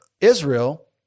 Israel